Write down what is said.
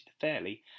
fairly